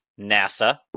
NASA